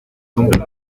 compres